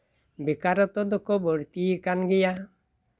ᱵᱮᱠᱟᱨᱚᱛᱛᱚ ᱫᱚᱠᱚ ᱵᱟᱹᱲᱛᱤ ᱟᱠᱟᱱ ᱜᱮᱭᱟ